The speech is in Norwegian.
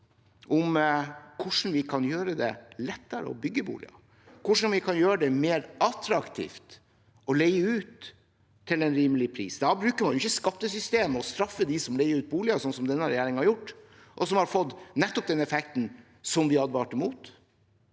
om hvordan vi kan gjøre det lettere å bygge boliger, og hvordan vi kan gjøre det mer attraktivt å leie ut til en rimelig pris. Da bruker man jo ikke skattesystemet og straffer dem som leier ut boliger, sånn som denne regjeringen har gjort, og som har gitt nettopp den effekten som vi advarte mot.